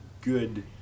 good